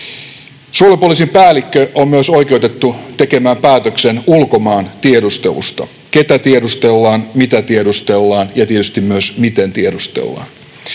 Suojelupoliisin päällikkö on myös oikeutettu tekemään päätöksen ulkomaantiedustelusta, ketä tiedustellaan, mitä tiedustellaan ja tietysti myös miten tiedustellaan.